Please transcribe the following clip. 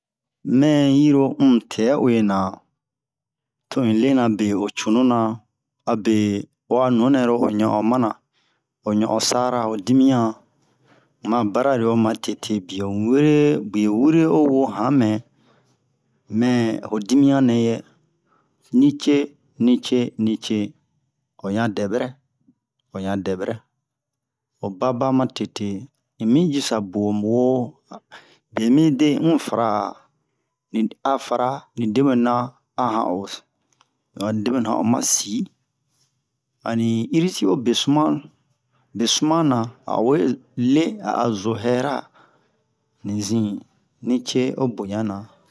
mɛ yiro un tɛ uwe na to in lena be o cunu na abe o a nunɛ-ro o ɲon'on mana o ɲon'on sara ho dimiyan un ma bara'ari o matete biye wure biye wure o wo han mɛ mɛ ho dimiyan nɛ yɛ nice nice nice oɲan dɛɓɛrɛ oɲan dɛbɛrɛ o baba matete in mi jisa bo woo be mide un fara a a fara debwenu na a han o ani debwenu han o ma si ani irisi o be suma be suma na a o we le a o zo hɛra ni zin ni ce o boɲan na